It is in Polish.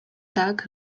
tak